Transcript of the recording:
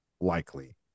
likely